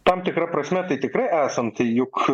tam tikra prasme tai tikrai esanti juk